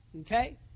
Okay